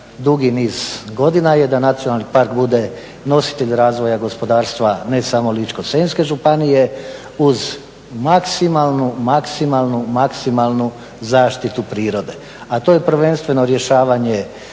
dugi niz godina je da nacionalni park bude nositelj razvoja gospodarstva ne samo Ličko-senjske županije uz maksimalnu zaštitu prirode, a to je prvenstveno rješavanje